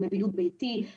הם בבידוד ביתי,